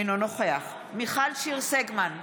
אינו נוכח מיכל שיר סגמן,